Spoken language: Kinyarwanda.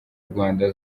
rwanda